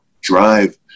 drive